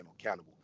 accountable